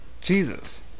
Jesus